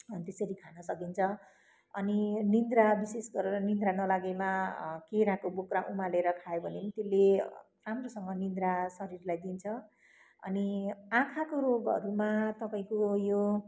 त्यसरी खान सकिन्छ अनि निद्रा विशेष गरेर निद्रा नलागेमा केराको बोक्रा उमालेर खायो भने नि त्यसले राम्रोसँग निद्रा शरीरलाई दिन्छ अनि आँखाको रोगहरूमा तपाईँको यो